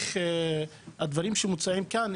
הדברים שמוצעים כאן,